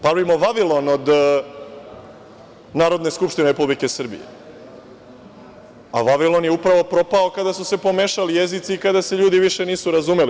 Pravimo Vavilon od Narodne skupštine Republike Srbije, a Vavilon je upravo propao kada su se pomešali jezici i kada se ljudi više nisu razumeli.